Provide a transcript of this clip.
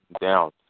down